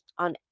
on